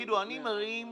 ויאמרו שמרימים